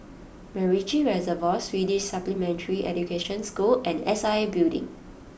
MacRitchie Reservoir Swedish Supplementary Education School and S I A Building